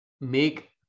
make